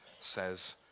says